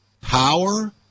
power